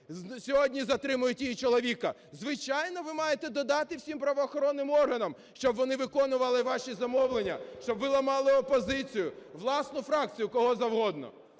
сьогодні затримують її чоловіка. Звичайно, ви маєте додати всім правоохоронним органам, щоб вони виконували ваші замовлення, щоб ви ламали опозицію, власну фракцію і кого завгодно.